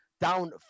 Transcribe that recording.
down